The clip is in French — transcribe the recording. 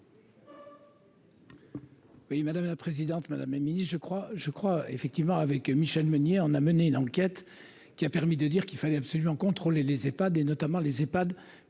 Oui, madame la présidente, madame Émilie je crois, je crois, effectivement avec Michelle Meunier en a mené l'enquête qui a permis de dire qu'il fallait absolument contrôler les pas des notamment les Ehpad